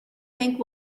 think